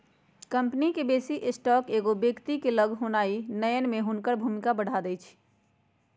company के बेशी stock एगो व्यक्ति के लग होनाइ नयन में हुनकर भूमिका बढ़ा देइ छै